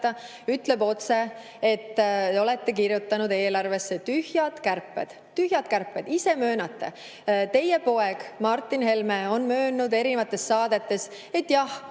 et te olete kirjutanud eelarvesse tühjad kärped. Tühjad kärped, ise möönate. Teie poeg Martin Helme on möönnud mitmes saates, et jah,